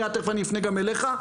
תיכף אני אפנה אליך,